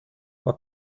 war